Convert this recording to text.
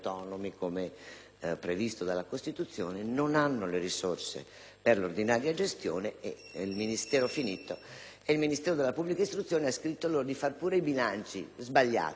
previsto dalla Costituzione, non hanno le risorse per l'ordinaria gestione e il Ministero dell'istruzione ha scritto loro di far pure i bilanci sbagliati, al buio,